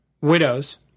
Widows